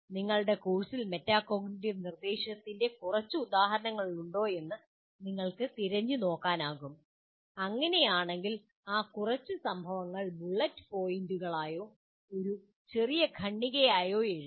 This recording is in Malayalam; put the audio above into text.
നിങ്ങളുടെ കോഴ്സിൽ മെറ്റാകോഗ്നിറ്റീവ് നിർദ്ദേശത്തിന്റെ കുറച്ച് ഉദാഹരണങ്ങളുണ്ടോയെന്ന് നിങ്ങൾക്ക് തിരിഞ്ഞുനോക്കാനാകും അങ്ങനെയാണെങ്കിൽ ആ കുറച്ച് സംഭവങ്ങൾ ബുള്ളറ്റ് പോയിന്റുകളായോ ഒരു ചെറിയ ഖണ്ഡികയായോ എഴുതുക